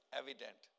evident